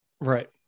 Right